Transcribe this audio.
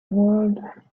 world